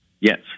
Yes